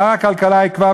שר הכלכלה יקבע,